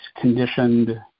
conditioned